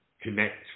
connect